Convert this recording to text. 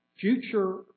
future